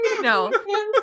no